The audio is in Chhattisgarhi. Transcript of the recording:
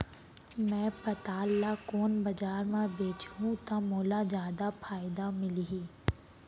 मैं पताल ल कोन बजार म बेचहुँ त मोला जादा फायदा मिलही?